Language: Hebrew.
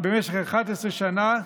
11 שנה.